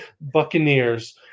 Buccaneers